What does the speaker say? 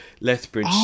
Lethbridge